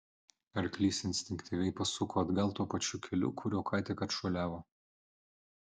arklys instinktyviai pasuko atgal tuo pačiu keliu kuriuo ką tik atšuoliavo